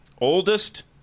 Oldest